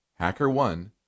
HackerOne